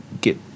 get